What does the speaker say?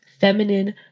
Feminine